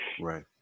right